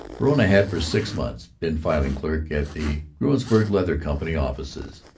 verona had for six months been filing-clerk at the gruensberg leather company offices,